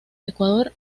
ecuador